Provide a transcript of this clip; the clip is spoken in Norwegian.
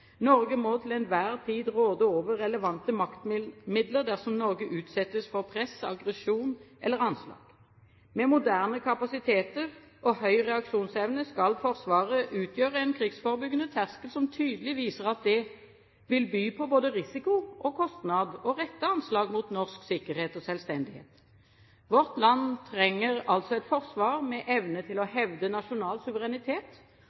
Norge må til enhver tid råde over relevante maktmidler dersom Norge utsettes for press, aggresjon eller anslag. Med moderne kapasiteter og høy reaksjonsevne skal Forsvaret utgjøre en krigsforebyggende terskel som tydelig viser at det vil by på både risiko og kostnad å rette anslag mot norsk sikkerhet og selvstendighet. Vårt land trenger altså et forsvar med evne til å hevde nasjonal suverenitet